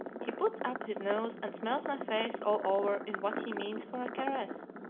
he puts up his nose and smells my face all over in what he means for a caress,